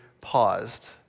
paused